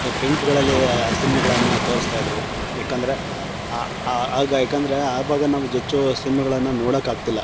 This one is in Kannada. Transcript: ಅದು ಟೆಂಟ್ಗಳಲ್ಲಿ ಆ ಸಿನ್ಮಗಳನ್ನು ತೋರಿಸ್ತಾಯಿದ್ರು ಏಕೆಂದ್ರೆ ಆಗ ಯಾಕೆಂದ್ರೆ ಅವಾಗ ನಾವು ಹೆಚ್ಚು ಸಿನ್ಮಾಗಳನ್ನು ನೋಡೋಕಾಗ್ತಿಲ್ಲ